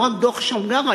ולא רק דוח שמגר,